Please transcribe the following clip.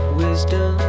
wisdom